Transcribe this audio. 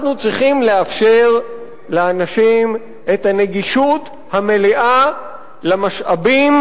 אנחנו צריכים לאפשר לאנשים את הנגישות המלאה למשאבים,